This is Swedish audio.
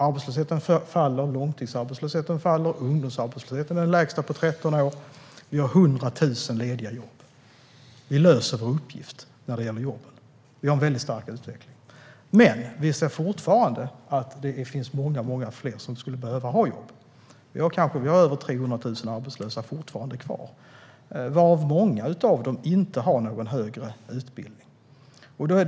Arbetslösheten faller, långtidsarbetslösheten faller, ungdomsarbetslösheten är den lägsta på 13 år och vi har 100 000 lediga jobb. Vi löser vår uppgift när det gäller jobben. Vi har en väldigt stark utveckling. Vi ser dock att det finns många fler som skulle behöva ha jobb. Vi har fortfarande över 300 000 arbetslösa, varav många inte har någon högre utbildning.